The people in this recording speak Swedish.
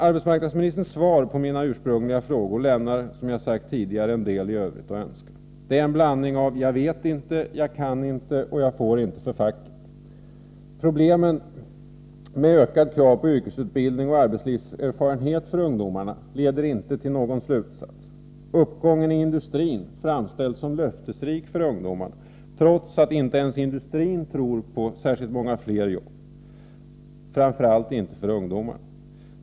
Arbetsmarknadsministerns svar på mina ursprungliga frågor lämnar, som jag sagt tidigare, en del övrigt att önska. Det är en blandning av ”jag vet inte”, ”jag kan inte” och ”jag får inte för facket”. Problemen med ökade krav på yrkesutbildning och arbetslivserfarenhet för ungdomarna leder inte till någon slutsats. Uppgången i industrin framställs som löftesrik för ungdomarna, trots att inte ens industrin tror på att det skall bli särskilt många fler jobb, framför allt inte för ungdomarna.